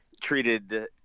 treated